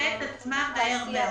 תכסה את עצמה מהר מאוד.